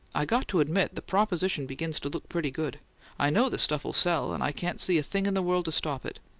i got to admit the proposition begins to look pretty good i know the stuff'll sell, and i can't see a thing in the world to stop it.